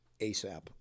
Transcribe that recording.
ASAP